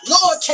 Lord